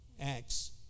Acts